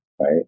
right